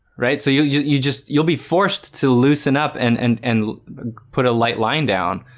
right, so you yeah you just you'll be forced to loosen up and and and put a light line down